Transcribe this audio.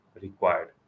required